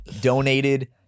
donated